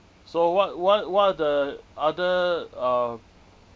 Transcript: so what what what are the other um